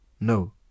no